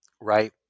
right